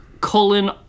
colon